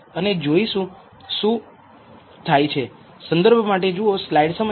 અને જોઈએ શું થાય